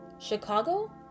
Chicago